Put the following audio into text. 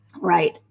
Right